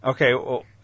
Okay